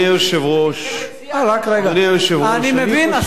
אני, כמציע, אני מבין.